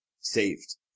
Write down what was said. saved